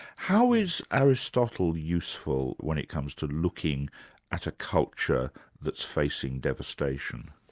how is aristotle useful when it comes to looking at a culture that's facing devastation?